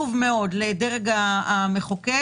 לגבי פריפריה,